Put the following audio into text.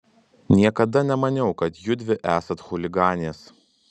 niekada nemaniau kad judvi esat chuliganės